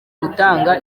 gutanga